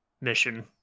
mission